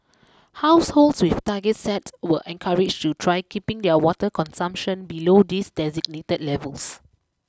households with targets set were encouraged to try keeping their water consumption below these designated levels